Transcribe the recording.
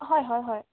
হয় হয় হয়